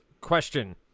question